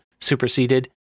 superseded